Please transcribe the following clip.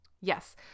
Yes